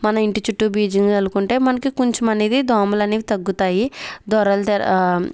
మన ఇంటి చుట్టూ బ్లీచింగ్ చల్లుకుంటే మనకి కొంచెం అనేది దోమలనేవి తగ్గుతాయి